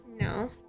No